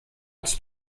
ins